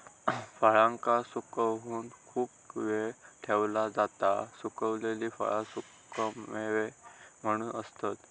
फळांका सुकवून खूप वेळ ठेवला जाता सुखवलेली फळा सुखेमेवे म्हणून असतत